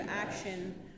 action